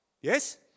Yes